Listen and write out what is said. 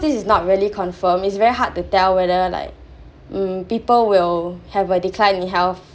this is not really confirmed is very hard to tell whether like hmm people will have a decline in health